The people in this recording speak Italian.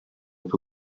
più